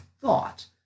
thought